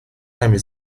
نمی